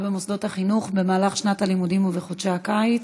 במוסדות החינוך במהלך שנת הלימודים ובחודשי הקיץ.